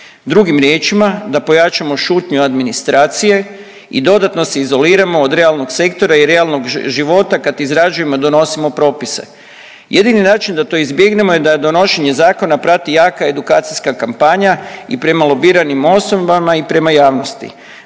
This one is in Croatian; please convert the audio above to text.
Drugim riječima da pojačamo šutnju administracije i dodatno se izoliramo od realnog sektora i realnog života kad izrađujemo, donosimo propise. Jedini način da to izbjegnemo je da donošenje zakona prati jaka edukacijska kampanja i prema lobiranim osobama i prema javnosti.